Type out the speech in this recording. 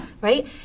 right